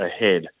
ahead